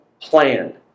plan